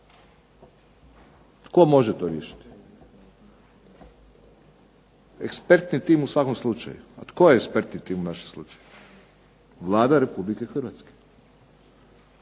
Tko može to riješiti? Ekspertni tim u svakom slučaju. A tko je ekspertni tim u našem slučaju? Vlada Republike Hrvatske.